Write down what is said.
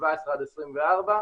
מ-17 עד 24,